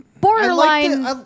borderline